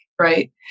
right